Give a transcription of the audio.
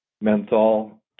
menthol